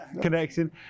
Connection